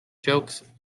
jokes